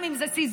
גם אם זה סיזיפי,